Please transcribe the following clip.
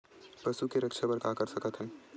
पशु के रक्षा बर का कर सकत हन?